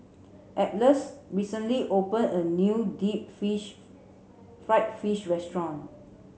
Atlas recently opened a new deep fried fish restaurant